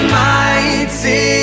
mighty